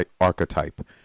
archetype